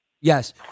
Yes